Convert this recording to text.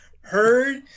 heard